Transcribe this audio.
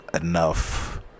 enough